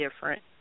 different